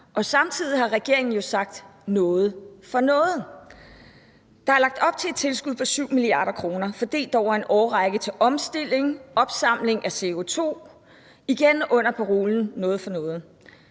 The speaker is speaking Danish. Samtidig har regeringen jo sagt: Noget for noget. Der er lagt op til et tilskud på 7 mia. kr. fordelt over en årrække til omstilling, opsamling af CO2 – igen under parolen noget for noget.